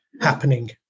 happening